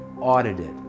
audited